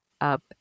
up